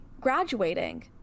graduating